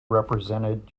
represented